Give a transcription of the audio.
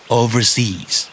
overseas